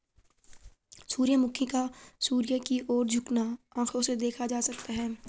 सूर्यमुखी का सूर्य की ओर झुकना आंखों से देखा जा सकता है